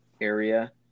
area